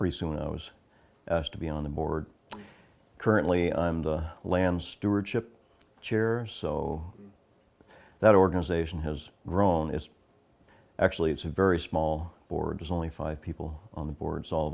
recently i was asked to be on the board currently i'm the land stewardship chair so that organization has grown it's actually it's a very small board has only five people on the boards all